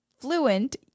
fluent